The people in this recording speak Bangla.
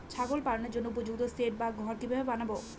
ছাগল পালনের জন্য উপযুক্ত সেড বা ঘর কিভাবে বানাবো?